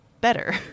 better